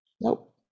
Nope